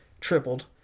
Tripled